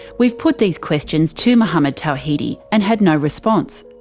we've put these questions to mohammed tawhidi, and had no response.